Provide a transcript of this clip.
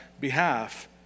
behalf